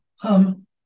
hum